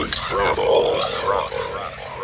travel